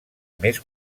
més